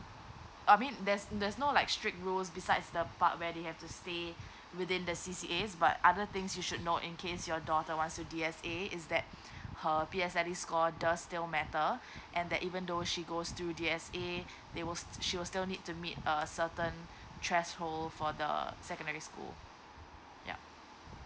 I mean there's there's no like strict rules besides the part where they have to stay within the C_C_A but other things you should know in case your daughter wants to D_S_A is that her P_S_L_E score does still matter and that even though she goes through the D_S_A they will she will still need to meet a certain threshold for the secondary school yeah